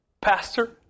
pastor